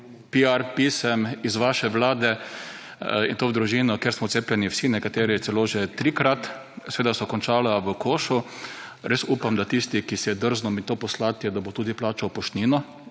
pisem iz vaše vlade. In to v družino, kjer smo cepljeni vsi, nekateri celo že trikrat. Seveda so končala v košu. Res upam, da tisti, ki si je drznil mi to poslati, da bo tudi plačal poštnino